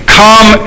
come